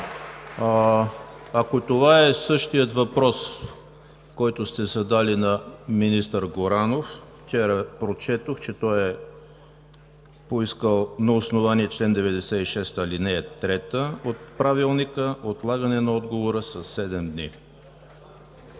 Ако това е същият въпрос, който сте задали на министър Горанов, вчера прочетох, че той е поискал на основание чл. 96, ал. 3 от Правилника – отлагане на отговора със